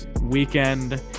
weekend